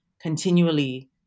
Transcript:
continually